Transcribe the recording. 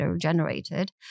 generated